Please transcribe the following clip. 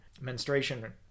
menstruation